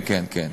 כן, כן.